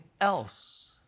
else